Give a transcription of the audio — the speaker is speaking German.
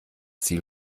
ziel